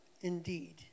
indeed